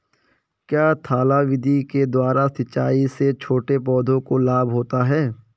क्या थाला विधि के द्वारा सिंचाई से छोटे पौधों को लाभ होता है?